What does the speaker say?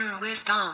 wisdom